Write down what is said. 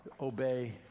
obey